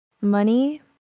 money